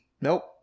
nope